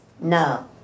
No